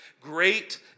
great